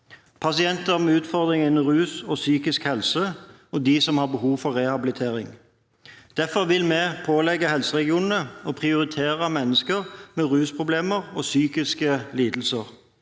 pasienter med utfordringer innenfor rus og psykisk helse og pasienter som har behov for rehabilitering. Derfor vil vi pålegge helseregionene å prioritere mennesker med rusproblemer og psykiske lidelser.